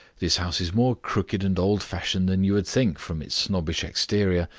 this house is more crooked and old-fashioned than you would think from its snobbish exterior.